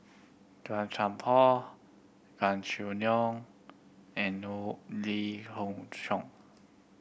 Tan Qian Por Gan Choo Neo and Lee Khoon Choy